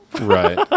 Right